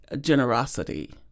generosity